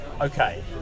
Okay